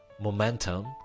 momentum